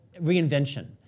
reinvention